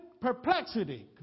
perplexity